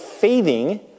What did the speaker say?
faithing